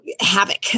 havoc